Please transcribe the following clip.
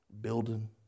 building